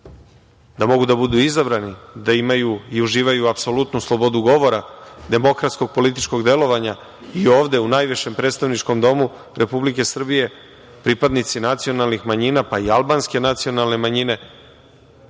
da mogu da budu izabrani, da imaju i uživaju apsolutnu slobodu govora, demokratskog političkog delovanja i ovde u najvišem predstavničkom domu Republike Srbije pripadnici nacionalnih manjina, pa i albanske nacionalne manjine,